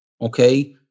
okay